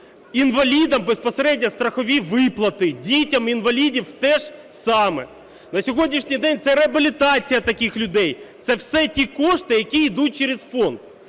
інвалідам безпосередньо страхові виплати, дітям інвалідів – те ж саме. На сьогоднішній день це реабілітація таких людей. Це все ті кошти, які йдуть через фонд.